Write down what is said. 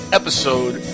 episode